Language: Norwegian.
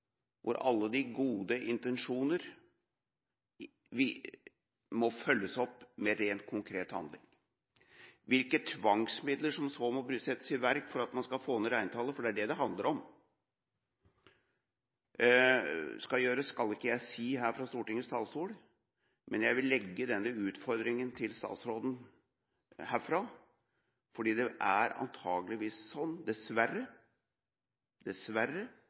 hvor alle de gode intensjoner må følges opp av rent konkret handling. Hvilke tvangsmidler som så må settes i verk for at man skal få ned reintallet – for det er det det handler om – skal ikke jeg si her fra Stortingets talerstol. Men jeg vil gi denne utfordringen til statsråden herfra, for det er antageligvis sånn, dessverre – dessverre